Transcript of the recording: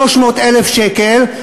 300,000 שקל,